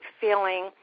feeling